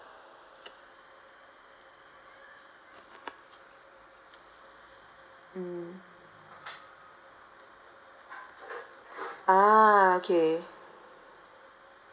mm ah okay